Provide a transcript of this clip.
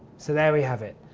so, there we have it.